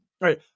right